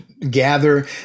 Gather